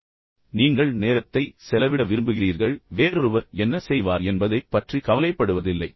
ஏனென்றால் நீங்கள் நேரத்தை செலவிட விரும்புகிறீர்கள் பின்னர் வேறொருவர் என்ன செய்வார் என்பதைப் பற்றி முற்றிலும் கவலைப்படுவதில்லை